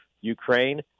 Ukraine